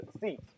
seat